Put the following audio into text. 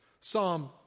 Psalm